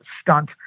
stunt